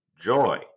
joy